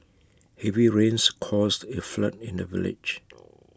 heavy rains caused A flood in the village